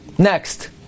Next